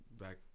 back